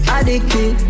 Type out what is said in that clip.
Addicted